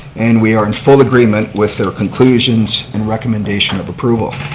and we are in full agreement with their conclusions and recommendation of approval.